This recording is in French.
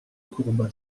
courba